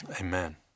Amen